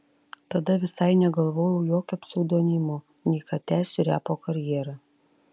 tada visai negalvojau jokio pseudonimo nei kad tęsiu repo karjerą